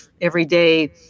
everyday